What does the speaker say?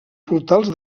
portals